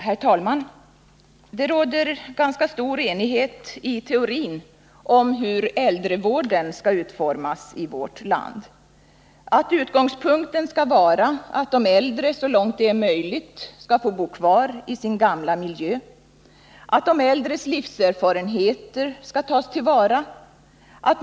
Herr talman! Det råder i teorin ganska stor enighet om hur äldrevården skall utformas i vårt land. Utgångspunkten skall vara att de äldre så långt det är möjligt skall få bo kvar i sin gamla miljö. De äldres livserfarenheter skall tas till vara.